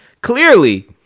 clearly